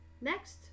Next